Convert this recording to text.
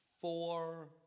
four